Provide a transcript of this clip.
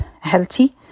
healthy